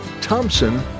Thompson